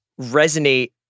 resonate